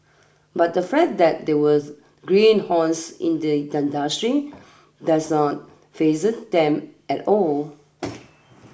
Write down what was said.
but the fact that they were greenhorns in the industry doesn't faze them at all